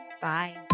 Bye